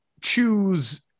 choose